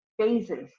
phases